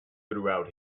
throughout